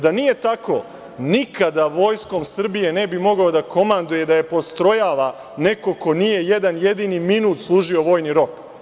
Da nije tako, nikada vojskom Srbije ne bi mogao da komanduje i da je postrojava neko ko nije jedan jedini minut služio vojni rok.